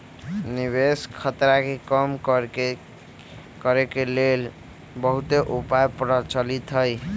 निवेश खतरा के कम करेके के लेल बहुते उपाय प्रचलित हइ